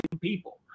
people